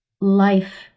life